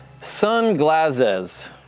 Sunglasses